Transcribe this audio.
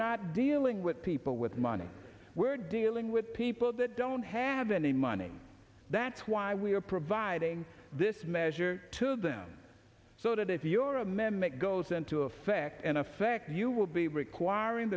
the dealing with people with money we're dealing with people that don't have any money that's why we are providing this measure to them so that if your amendment goes into effect in effect you will be requiring